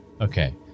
Okay